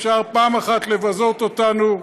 אפשר פעם אחת לבזות אותנו,